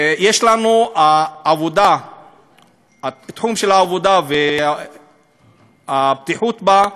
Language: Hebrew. התחום של העבודה והבטיחות בה,